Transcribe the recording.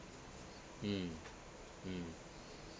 mm mm